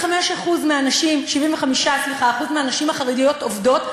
ש-75% מהנשים החרדיות עובדות,